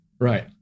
Right